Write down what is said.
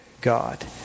God